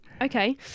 okay